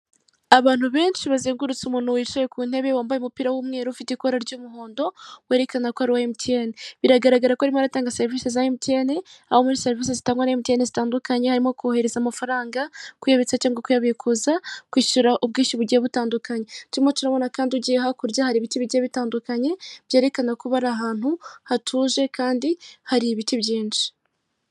Abantu benshi bazengurutse umuntu wicaye kuntebe wambaye umupira w'umweru ufite ikora ry'umuhondo werekana ko ari uwa MTN, biragaragara ko arimo aratanga serivise za MTN, aho muri serivise zitangwa na MTN zitandukanya harimo kohereza amafaranga, kuyabitsa cyangwa kuyabikuza kwishyura ubwishyu bugiye butandukanye, turimo turabona kandi ugiye hakurya hari ibiti bigiye bitandukanye byerekana ko bari ahantu hatuje kandi hari ibiti byinshi.